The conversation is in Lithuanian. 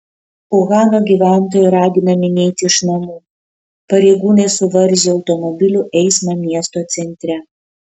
uhano gyventojai raginami neiti iš namų pareigūnai suvaržė automobilių eismą miesto centre